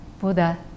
Buddha